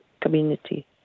community